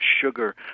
sugar